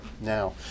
now